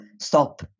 stop